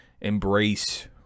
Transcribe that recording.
embrace